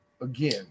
again